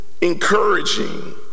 encouraging